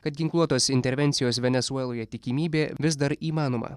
kad ginkluotos intervencijos venesueloje tikimybė vis dar įmanoma